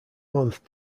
month